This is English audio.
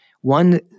one